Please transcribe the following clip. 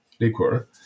liquor